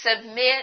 Submit